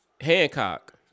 Hancock